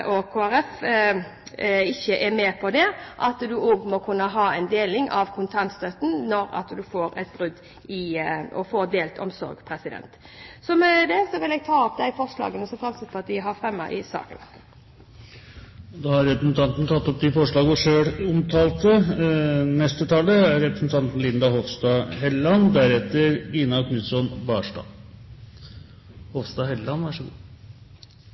og Kristelig Folkeparti ikke er med på en deling av kontantstøtten når det er delt omsorg. Med det vil jeg ta opp de forslagene som Fremskrittspartiet har fremmet og vært med på å fremme i saken. Representanten Solveig Horne har tatt opp de forslagene hun